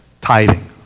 tithing